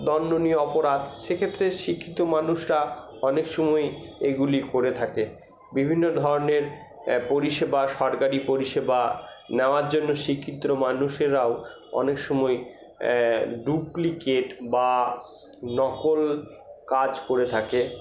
দন্ডনীয় অপরাধ সেক্ষেত্রে শিক্ষিত মানুষরা অনেক সময়ই এগুলি করে থাকে বিভিন্ন ধরনের পরিষেবা সরকারি পরিষেবা নেওয়ার জন্য শিক্ষিত মানুষেরাও অনেক সময় ডুপ্লিকেট বা নকল কাজ করে থাকে